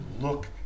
look